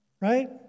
Right